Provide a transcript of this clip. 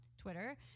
Twitter